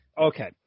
Okay